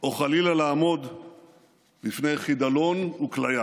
או חלילה לעמוד בפני חידלון וכליה,